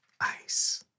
Ice